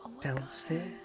Downstairs